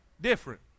different